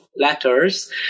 letters